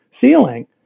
ceiling